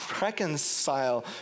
reconcile